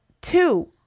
two